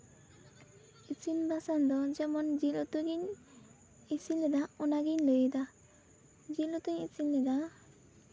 ᱤᱥᱤᱱ ᱵᱟᱥᱟᱝ ᱫᱚ ᱡᱮᱢᱚᱱ ᱡᱤᱞ ᱩᱛᱩ ᱜᱤᱧ ᱤᱥᱤᱱ ᱞᱮᱫᱟ ᱚᱱᱟᱜᱤᱧ ᱞᱟᱹᱭ ᱮᱫᱟ ᱡᱤᱞ ᱩᱛᱩᱧ ᱤᱥᱤᱱ ᱞᱮᱫᱟ